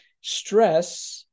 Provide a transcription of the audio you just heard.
stress